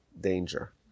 danger